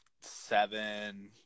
seven